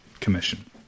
Commission